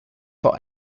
vor